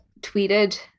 tweeted